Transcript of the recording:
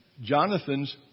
Jonathan's